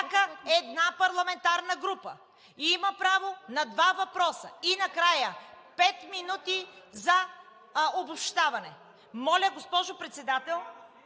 всяка една парламентарна група има право на два въпроса, и накрая пет минути за обобщаване. Госпожо Председател,